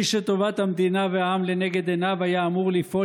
מי שטובת המדינה והעם לנגד עיניו היה אמור לפעול